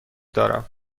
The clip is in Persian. دارم